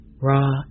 raw